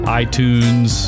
iTunes